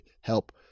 help